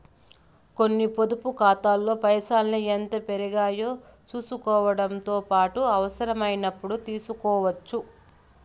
కొన్ని పొదుపు కాతాల్లో పైసల్ని ఎంత పెరిగాయో సూసుకోవడముతో పాటు అవసరమైనపుడు తీస్కోవచ్చు